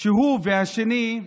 הוא והשני,